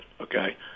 okay